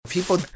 people